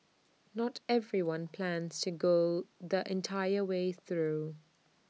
not everyone plans to go the entire way through